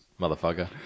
Motherfucker